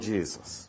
Jesus